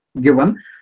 given